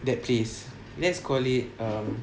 that place let's call it um